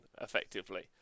effectively